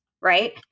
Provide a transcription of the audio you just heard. right